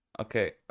Okay